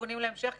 לכיוונים להמשך,